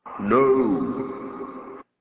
No